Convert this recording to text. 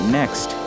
next